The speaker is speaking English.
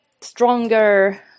stronger